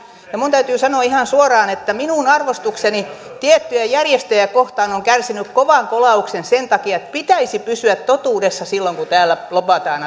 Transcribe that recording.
ja minun täytyy sanoa ihan suoraan että minun arvostukseni tiettyjä järjestöjä kohtaan on kärsinyt kovan kolauksen sen takia että pitäisi pysyä totuudessa silloin kun täällä lobataan